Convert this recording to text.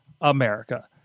America